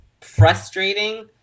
frustrating